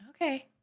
Okay